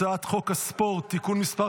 הצעת חוק הספורט (תיקון מס'